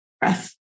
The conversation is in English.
breath